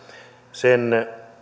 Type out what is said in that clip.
sen